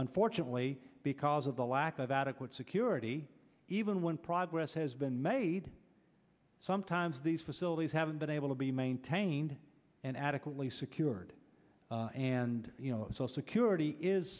unfortunately because of the lack of adequate security even when progress has been made sometimes these facilities haven't been able to be maintained and adequately secured and so security is